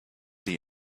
die